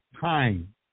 time